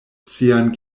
sian